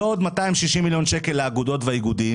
ועוד 260 מיליון שקל לאגודות והאיגודים